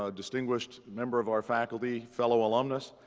ah distinguished member of our faculty, fellow alumnus,